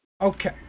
Okay